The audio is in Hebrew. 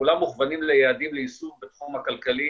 כולם מוכוונים ליעדים ליישום בתחום הכלכלי